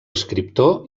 escriptor